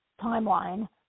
timeline